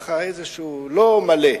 לא מלא.